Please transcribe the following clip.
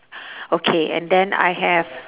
okay and then I have